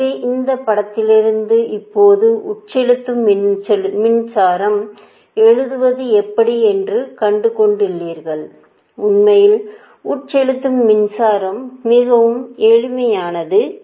எனவே இந்த படத்திலிருந்து இப்போது உட்செலுத்தும் மின்சாரம் எழுதுவது எப்படி என்று கற்றுக்கொண்டீர்கள் உண்மையில் உட்செலுத்தும் மின்சாரம் மிகவும் எளிமையானது